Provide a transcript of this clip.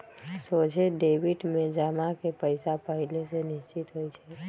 सोझे डेबिट में जमा के पइसा पहिले से निश्चित होइ छइ